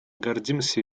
гордимся